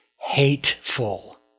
hateful